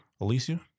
Alicia